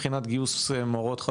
מבחינת גיוס מורות,